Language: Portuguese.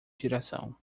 direção